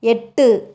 எட்டு